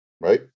right